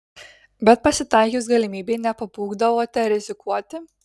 bet pasitaikius galimybei nepabūgdavote rizikuoti